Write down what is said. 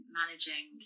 managing